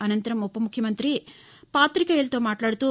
అనంతరం ఉపముఖ్యమంత్రి పాతికేయులతో మాట్లాడుతూ